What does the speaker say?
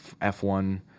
F1